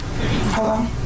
Hello